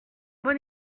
bon